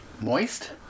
Moist